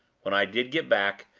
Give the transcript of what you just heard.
when i did get back,